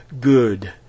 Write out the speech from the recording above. good